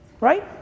Right